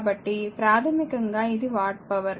కాబట్టి ప్రాథమికంగా ఇది వాట్ హవర్